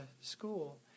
school